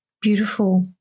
Beautiful